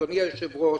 אדוני היושב-ראש,